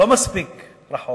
לא מספיק רחוק,